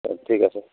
অ ঠিক আছে